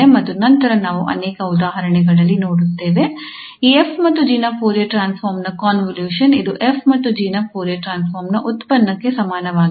ಮತ್ತು ನಂತರ ನಾವು ಅನೇಕ ಉದಾಹರಣೆಗಳಲ್ಲಿ ನೋಡುತ್ತೇವೆ ಈ 𝑓 ಮತ್ತು 𝑔 ನ ಫೊರಿಯರ್ ಟ್ರಾನ್ಸ್ಫಾರ್ಮ್ ನ ಕಾಂವೊಲ್ಯೂಷನ್ ಇದು 𝑓 ಮತ್ತು 𝑔 ನ ಫೊರಿಯರ್ ಟ್ರಾನ್ಸ್ಫಾರ್ಮ್ ನ ಉತ್ಪನ್ನಕ್ಕೆ ಸಮಾನವಾಗಿದೆ